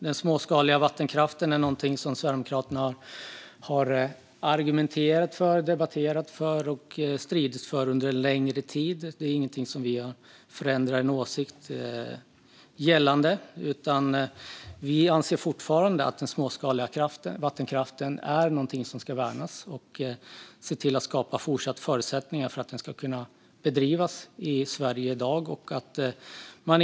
Den småskaliga vattenkraften är någonting som Sverigedemokraterna har argumenterat för, debatterat för och stridit för under en längre tid, och det är inget vi har ändrat åsikt kring. Vi anser fortfarande att den småskaliga vattenkraften är någonting som ska värnas och att man ska skapa fortsatta förutsättningar för att den ska kunna bedrivas i Sverige i dag.